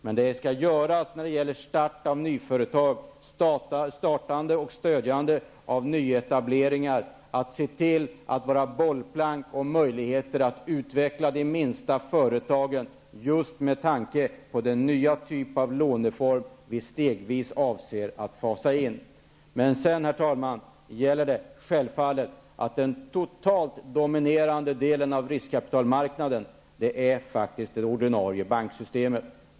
Men de skall fungera som bollplank vid nyetablering och utveckling av de minsta företagen och med tanke på den nya låneform vi avser att införa stegvis. Men, herr talman, den helt dominerande delen av riskkapitalmarknaden är det ordinarie banksystemet.